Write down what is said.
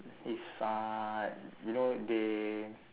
if uh you know they